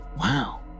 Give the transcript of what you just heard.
Wow